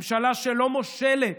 זו ממשלה שלא מושלת,